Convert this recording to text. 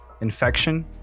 infection